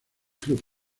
club